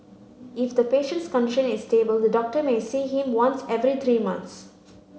if the patient's condition is stable the doctor may see him once every three months